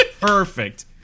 perfect